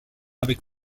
avec